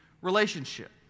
relationship